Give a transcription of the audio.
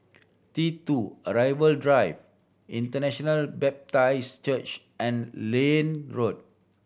T Two Arrival Drive International Baptist Church and Liane Road